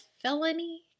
felony